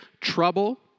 trouble